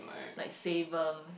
like Xavum